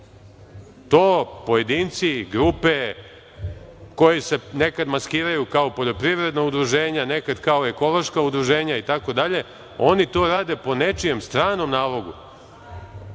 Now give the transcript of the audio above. To pojedinci i grupe, koji se nekad maskiraju kao poljoprivredna udruženja nekad kao ekološka udruženja itd, oni to rade po nečijem stranom nalogu,